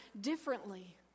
differently